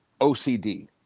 OCD